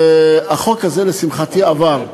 והחוק הזה לשמחתי עבר.